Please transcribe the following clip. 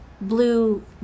blue